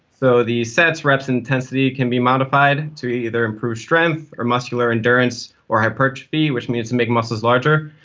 so the sets, reps and intensity can be modified to either improve strength or muscular endurance or hypertrophy, which means to make muscles larger.